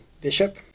bishop